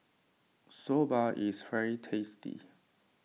Soba is very tasty